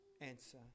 answer